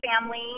family